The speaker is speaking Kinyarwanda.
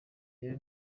rero